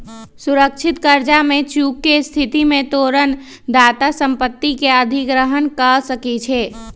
सुरक्षित करजा में चूक के स्थिति में तोरण दाता संपत्ति के अधिग्रहण कऽ सकै छइ